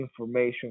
information